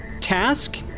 task